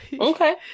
okay